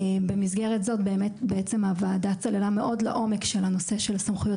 במסגרת זאת הוועדה צללה מאוד לעומק לנושא של סמכויות